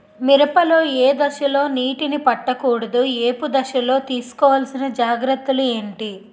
మిరప లో ఏ దశలో నీటినీ పట్టకూడదు? ఏపు దశలో తీసుకోవాల్సిన జాగ్రత్తలు ఏంటి?